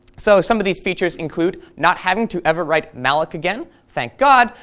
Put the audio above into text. so some of these features include not having to ever write malloc again, thank god,